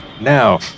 Now